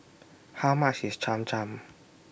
How much IS Cham Cham